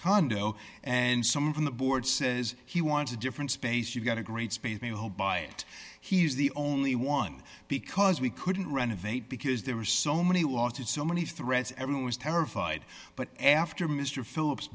condo and someone from the board says he wants a different space you've got a great space the whole buy it he's the only one because we couldn't renovate because there were so many lawsuits so many threats everyone was terrified but after mr phillips